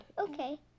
Okay